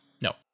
No